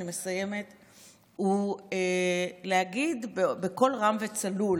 הוא להגיד בקול רם וצלול